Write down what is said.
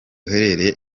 uhereye